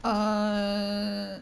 err